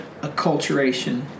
acculturation